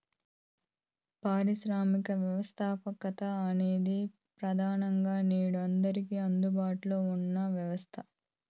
పారిశ్రామిక వ్యవస్థాపకత అనేది ప్రెదానంగా నేడు అందరికీ అందుబాటులో ఉన్న వ్యవస్థ